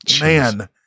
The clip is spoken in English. man